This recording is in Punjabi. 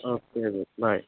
ਓਕੇ ਜੀ ਬਾਏ